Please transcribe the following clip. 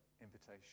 invitation